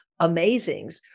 amazings